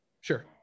Sure